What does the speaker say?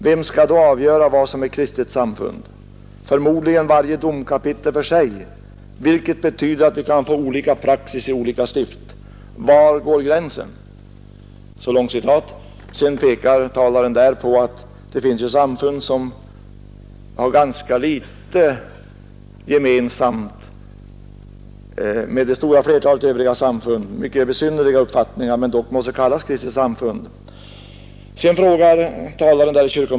Vem skall avgöra vad som är ett kristet samfund? Förmodligen varje domkapitel för sig, vilket betyder att vi kan få olika praxis i olika stift. Var går gränsen?” Sedan pekar talaren på att det ju finns samfund som har ganska litet gemensamt med det stora flertalet övriga samfund, som har mycket besynnerliga uppfattningar men som dock måste kallas kristna samfund.